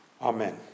Amen